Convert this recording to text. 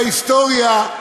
מההיסטוריה,